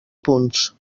punts